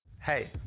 Hey